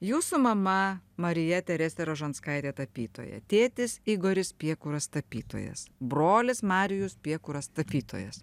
jūsų mama marija teresė rožanskaitė tapytoja tėtis igoris piekuras tapytojas brolis marijus piekuras tapytojas